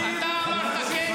ואני גאה בהן,